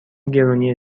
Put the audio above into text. گرونی